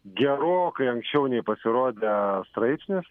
gerokai anksčiau nei pasirodė straipsnis